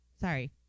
Sorry